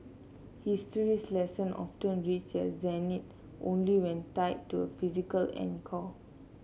history's lesson often reach their zenith only when tied to a physical anchor